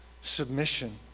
submission